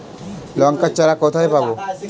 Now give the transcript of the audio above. লঙ্কার চারা কোথায় পাবো?